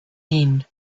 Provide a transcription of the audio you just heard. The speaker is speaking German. wien